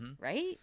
right